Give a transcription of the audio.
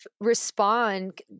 respond